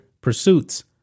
pursuits